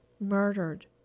murdered